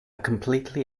completely